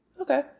Okay